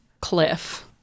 cliff